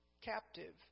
Captive